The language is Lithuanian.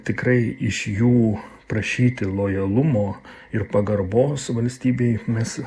tikrai iš jų prašyti lojalumo ir pagarbos valstybei mes